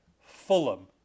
Fulham